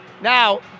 Now